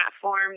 platform